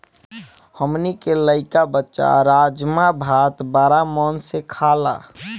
हमनी के लइका बच्चा राजमा भात बाड़ा मन से खाला